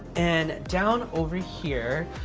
and down over here,